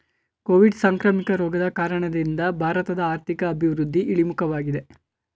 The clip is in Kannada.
ಕೋವಿಡ್ ಸಾಂಕ್ರಾಮಿಕ ರೋಗದ ಕಾರಣದಿಂದ ಭಾರತದ ಆರ್ಥಿಕ ಅಭಿವೃದ್ಧಿ ಇಳಿಮುಖವಾಗಿದೆ